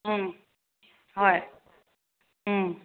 ꯎꯝ ꯍꯣꯏ ꯎꯝ